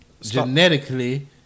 genetically